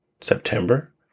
September